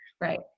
Right